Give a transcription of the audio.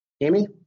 Amy